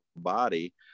body